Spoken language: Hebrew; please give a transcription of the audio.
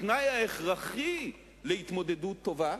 התנאי ההכרחי להתמודדות טובה,